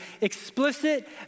explicit